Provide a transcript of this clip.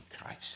christ